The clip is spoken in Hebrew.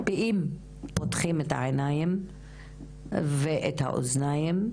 אם פותחים את העיניים ואת האוזניים,